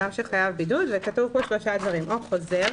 אדם שחייב בידוד וכתובים כאן שלושה דברים: או חוזר,